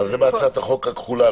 - בהצעת החוק הכחולה.